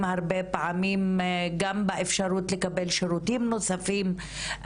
הרבה פעמים גם באפשרות לקבל שירותים נוספים.